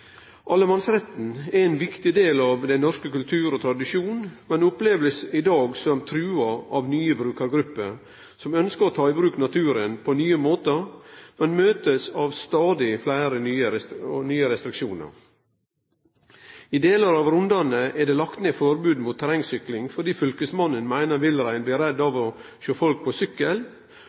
Allemannsretten er ein viktig del av norsk kultur og tradisjon, men den blir i dag opplevd som trua av nye brukargrupper som ønskjer å ta i bruk naturen på nye måtar, men blir møtt av stadig fleire nye restriksjonar. I delar av Rondane er det lagt ned forbod mot terrengsykling fordi fylkesmannen meiner villreinen blir redd av å sjå folk på sykkel,